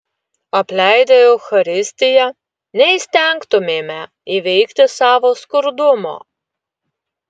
apleidę eucharistiją neįstengtumėme įveikti savo skurdumo